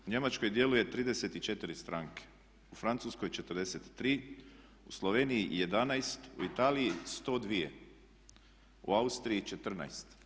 U Njemačkoj djeluje 34 stranke, u Francuskoj 43, u Sloveniji 11, u Italiji 102, u Austriji 14.